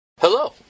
Hello